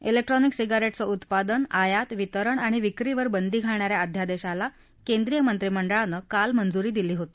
ज्ञिक्ट्रॉनिक सिगारेटचं उत्पादन आयात वितरण आणि विक्रीवर बंदी घालणा या अध्यादेशाला केंद्रीय मंत्रिमंडळानं काल मंजुरी दिली होती